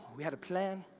we had a plan